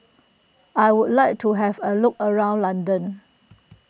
I would like to have a look around London